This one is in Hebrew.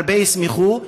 והרבה ישמחו,